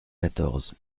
quatorze